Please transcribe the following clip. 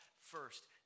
first